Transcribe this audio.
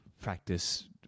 practice